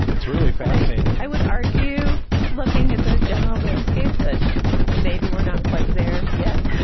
it's really fascinating. i would argue looking at the general landscape, that maybe we're not quite there yet